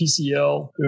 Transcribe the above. PCL